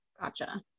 Gotcha